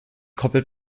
koppel